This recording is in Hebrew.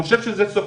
שגם זה נלקח